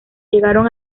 llegaron